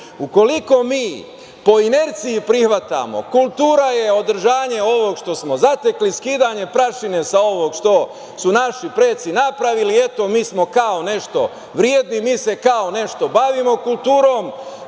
način. Ukoliko mi po inerciji prihvatimo, kultura je održanje ovog što smo zatekli, skidanje prašine sa ovog što su naši preci napravili. Eto, mi smo kao nešto vredni, mi se kao nešto bavimo kulturom,